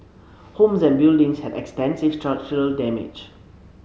homes and buildings had extensive structural damage